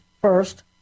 first